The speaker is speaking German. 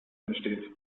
entsteht